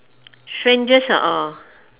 strangest or